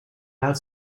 have